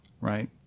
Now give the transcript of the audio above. right